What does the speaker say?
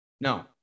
no